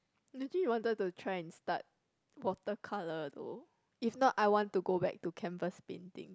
actually wanted to try and start water colour though if not I want to go back to canvas painting